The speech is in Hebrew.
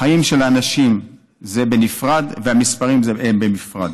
החיים של האנשים זה בנפרד והמספרים בנפרד.